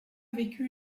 vécu